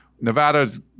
nevada's